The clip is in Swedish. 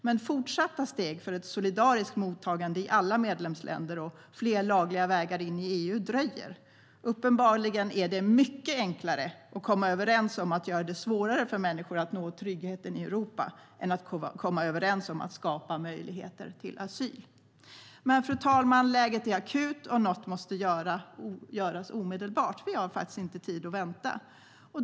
Men fortsatta steg för ett solidariskt mottagande i alla medlemsländer och fler lagliga vägar in i EU dröjer. Uppenbarligen är det mycket enklare att komma överens om att göra det svårare för människor att nå tryggheten i Europa än att komma överens om att skapa möjligheter till asyl. Fru talman! Läget är akut, och något måste göras omedelbart. Vi har inte tid att vänta.